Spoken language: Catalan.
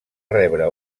rebre